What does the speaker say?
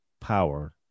power